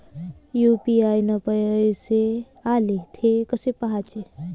UPI न पैसे आले, थे कसे पाहाचे?